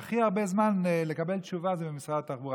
והכי הרבה זמן לקבל תשובה זה ממשרד התחבורה.